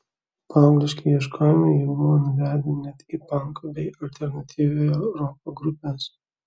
paaugliški ieškojimai jį buvo nuvedę net į pankų bei alternatyviojo roko grupes